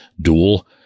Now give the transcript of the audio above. duel